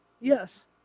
Yes